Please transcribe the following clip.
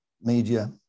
media